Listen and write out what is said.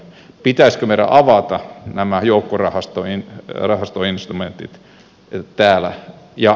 pitäisikö meidän avata nämä joukkorahastoinstrumentit täällä